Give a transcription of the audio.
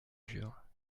jure